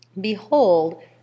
Behold